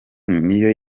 niyo